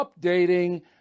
updating